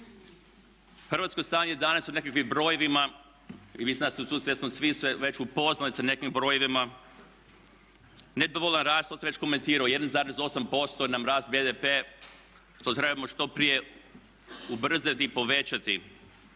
Hrvatsko stanje danas u nekakvim brojevima i mislim da ste tu svjesno svi se već upoznali sa nekakvim brojevima nedovoljan rast, to sam već komentirao, 1,8% nam raste BDP, to trebamo što prije ubrzati i povećati.